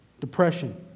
depression